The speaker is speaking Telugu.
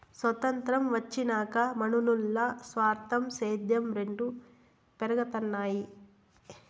సొతంత్రం వచ్చినాక మనునుల్ల స్వార్థం, సేద్యం రెండు పెరగతన్నాయి